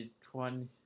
twenty